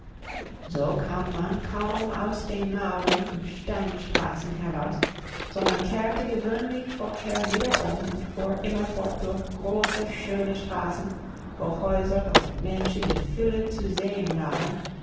so kam man kaum aus den mauern und steinstraßen heraus sondern kehrte gewöhnlich vorher wieder um und fuhr immerfort durch große schöne straßen wo häuser und menschen in fülle zu sehen waren